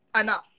enough